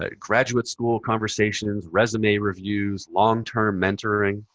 ah graduate school conversations, resume reviews, long term mentoring.